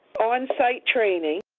onsite training,